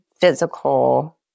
physical